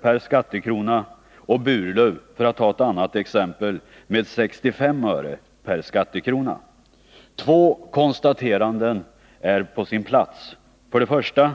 per skattekrona och Burlöv, för att ta ett annat exempel, med 65 öre per skattekrona. Två konstateranden är på sin plats. För det första: